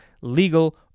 legal